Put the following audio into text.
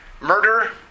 murder